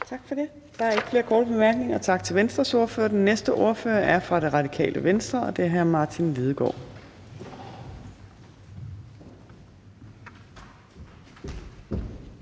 Tak for det. Der er ikke flere korte bemærkninger. Tak til Venstres ordfører. Den næste ordfører er fra Radikale Venstre, og det er hr. Martin Lidegaard.